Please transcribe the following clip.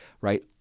right